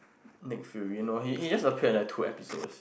Nick fury no he he just appear in like two episodes